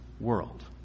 world